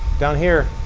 down here,